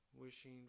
wishing